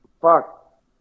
Fuck